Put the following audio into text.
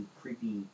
creepy